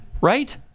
Right